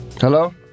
Hello